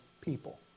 people